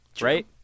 Right